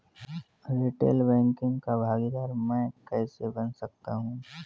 Retail banking का भागीदार मैं कैसे बन सकता हूँ?